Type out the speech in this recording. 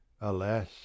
alas